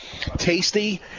tasty